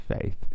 faith